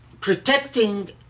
protecting